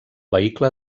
vehicle